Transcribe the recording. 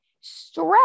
Stress